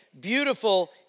beautiful